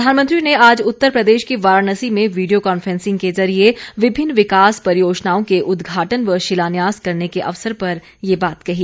प्रधानमंत्री ने आज उत्तर प्रदेश के वाराणसी में वीडियो कांफ्रेंसिंग के जरिए विभिन्न विकास परियोजनाओं के उद्घाटन व शिलान्यास करने के अवसर पर ये बात कही